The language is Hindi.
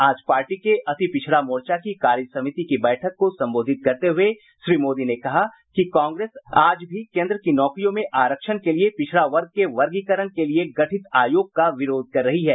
आज पार्टी के अति पिछड़ा मोर्चा की कार्यसमिति की बैठक को संबोधित करते हुए श्री मोदी ने कहा कि आज भी कांग्रेस केन्द्र की नौकरियों में आरक्षण के लिये पिछड़ा वर्ग के वर्गीकरण के लिये गठित आयोग का विरोध कर रही है